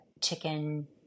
chicken